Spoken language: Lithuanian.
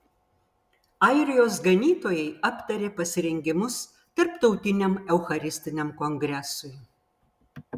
airijos ganytojai aptarė pasirengimus tarptautiniam eucharistiniam kongresui